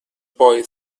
boy